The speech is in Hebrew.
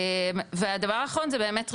והדבר האחרון זה באמת,